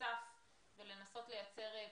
נוסף ולנסות לייצר פתרונות.